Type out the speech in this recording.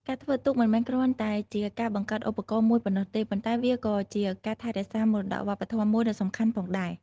ការធ្វើទូកមិនមែនគ្រាន់តែជាការបង្កើតឧបករណ៍មួយប៉ុណ្ណោះទេ ប៉ុន្តែវាក៏ជាការថែរក្សាមរតកវប្បធម៌មួយដ៏សំខាន់ផងដែរ។